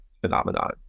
phenomenon